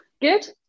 Good